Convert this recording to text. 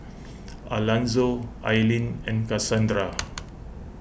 Alanzo Eileen and Casandra